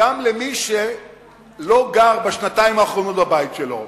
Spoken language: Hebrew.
גם למי שלא גר בשנתיים האחרונות בבית שלו.